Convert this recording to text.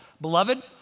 Beloved